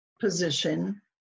position